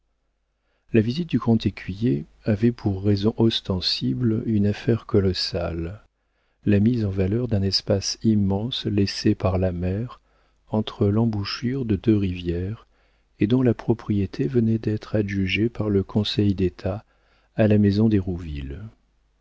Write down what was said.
la visite du grand écuyer avait pour raison ostensible une affaire colossale la mise en valeur d'un espace immense laissé par la mer entre l'embouchure de deux rivières et dont la propriété venait d'être adjugée par le conseil d'état à la maison d'hérouville